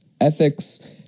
ethics